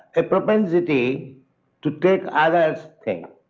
a propensity to take other's thing.